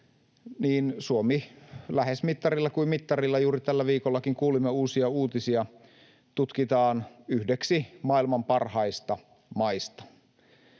Suomi lähes mittarilla kuin mittarilla — juuri tällä viikollakin kuulimme uusia uutisia — tutkitaan yhdeksi maailman parhaista maista.